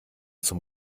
zum